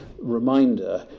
reminder